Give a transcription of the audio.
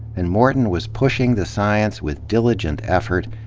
and morton was pushing the science, with d iligent effort,